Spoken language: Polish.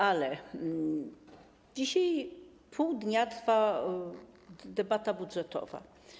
Ale dzisiaj pół dnia trwała debata budżetowa.